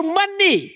money